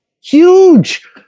huge